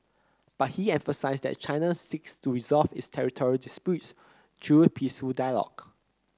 but he emphasised that China seeks to resolve its territorial disputes through peaceful dialogue